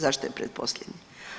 Zašto je pretposljednje?